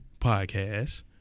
podcast